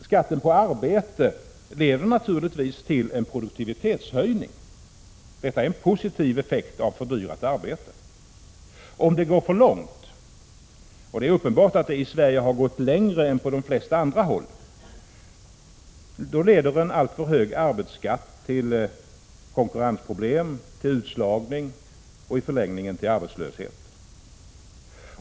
Skatten på arbete leder naturligtvis till en produktivitetshöjning. Detta är en positiv effekt av fördyrat arbete. Om det går för långt — det är uppenbart att det i Sverige har gått längre än på de flesta andra håll — leder en alltför hög arbetsskatt till konkurrensproblem, till utslagning och i förlängningen till arbetslöshet.